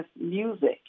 music